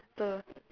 so